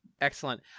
excellent